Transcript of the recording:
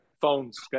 phones